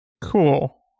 Cool